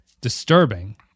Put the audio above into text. disturbing